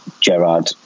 Gerard